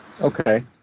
Okay